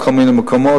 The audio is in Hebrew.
על כל מיני מקומות,